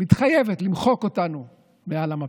מתחייבת למחוק אותנו מעל המפה.